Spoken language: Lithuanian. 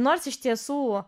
nors iš tiesų